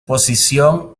posición